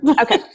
Okay